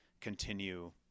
continue